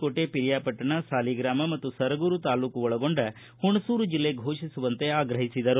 ಕೋಟೆ ಪಿರಿಯಾಪಟ್ಟಣ ಸಾಲಿಗ್ರಾಮ ಮತ್ತು ಸರಗೂರು ತಾಲ್ಲೂಕು ಒಳಗೊಂಡ ಹುಣಸೂರು ಜಿಲ್ಲೆ ಘೋಷಿಸಲು ಆಗ್ರಹಿಸಿದರು